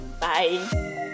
Bye